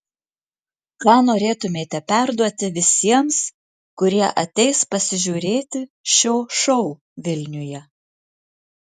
ką norėtumėte perduoti visiems kurie ateis pasižiūrėti šio šou vilniuje